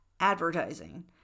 Advertising